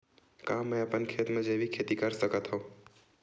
का मैं अपन खेत म जैविक खेती कर सकत हंव?